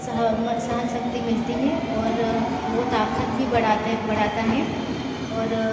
सहम सहन शक्ति मिलती है और वह ताकत भी बढ़ाते बढ़ाता है और